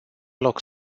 loc